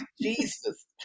Jesus